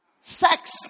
Sex